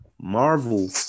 Marvel